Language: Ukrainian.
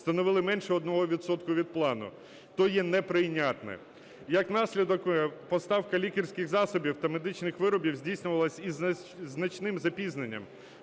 становили менше 1 відсотка від плану. То є неприйнятним. Як наслідок, поставка лікарських засобів та медичних виробів здійснювалася із значним запізненням.